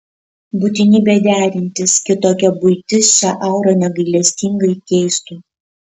būtinybė derintis kitokia buitis šią aurą negailestingai keistų